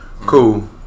cool